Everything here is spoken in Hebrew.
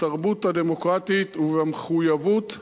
בתרבות הדמוקרטית ובמחויבות האישית.